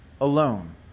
alone